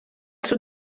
sud